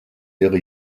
ihre